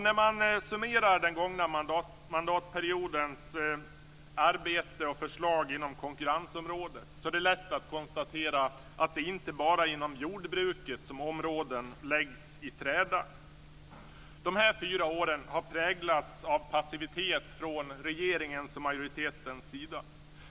När man summerar den gångna mandatperiodens arbete och förslag inom konkurrensområdet är det lätt att konstatera att det inte bara är inom jordbruket som områden läggs i träda. De här fyra åren har präglats av passivitet från regeringens och majoritetens sida.